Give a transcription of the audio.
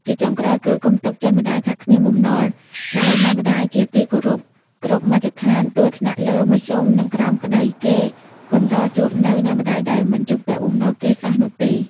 ជាចុងក្រោយគឺ កុំទុកចិត្តម្តាយថាគ្មានបំណុល ដែលអ្នកម្ដាយជាទីគោរពគ្រប់មជ្ឈដ្ឋាន ទោះថ្នាក់លើ មធ្យម និងក្រោមក្ដី គេកម្រជួបនូវអ្នកម្ដាយដែលមិនជំពាក់បំណុលគេសោះនោះទេ ។